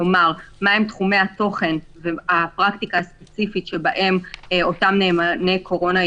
כלומר מה הם תחומי התוכן והפרקטיקה הספציפית שבהם אותם "נאמני קורונה"